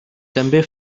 també